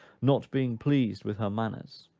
not being pleased with her manners.